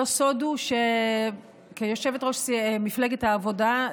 לא סוד הוא שכיושבת-ראש מפלגת העבודה,